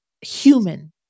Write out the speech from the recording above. human